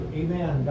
amen